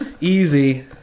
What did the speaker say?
easy